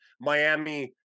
Miami